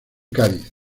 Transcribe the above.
cádiz